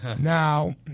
Now